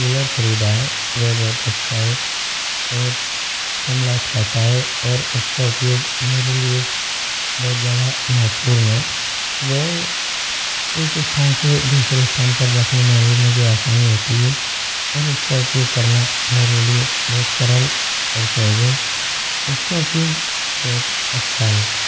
cooler ख़रीदा है वह बहुत अच्छा है बहुत कम लाइट खाता है और उसका उपयोग मेरे लिए बहुत ज्यादा महत्वपूर्ण है वह एक स्थान से दूसरे स्थान पर रखने में हमें मुझे आसानी होती है और उसका उपयोग करना मेरे लिए बहुत सरल और सहज है उसका उपयोग बहुत अच्छा है